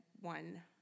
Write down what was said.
one